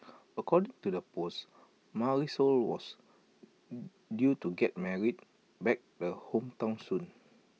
according to the post Marisol was due to get married back the hometown soon